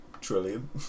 trillion